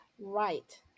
Right